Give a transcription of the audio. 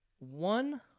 One